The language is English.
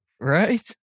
Right